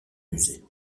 musées